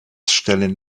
stellen